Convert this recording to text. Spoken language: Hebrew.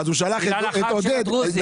בגלל החג של הדרוזים.